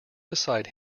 beside